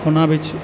होना भी छै